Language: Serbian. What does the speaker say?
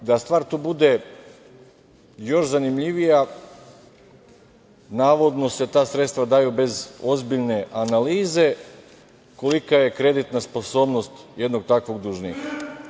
A da stvar tu bude još zanimljivija, navodno se ta sredstva daju bez ozbiljne analize, kolika je kreditna sposobnost jednog takvog dužnika.